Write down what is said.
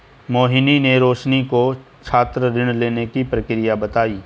मोहिनी ने रोशनी को छात्र ऋण लेने की प्रक्रिया बताई